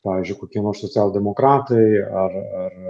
pavyzdžiui kokie nors socialdemokratai ar ar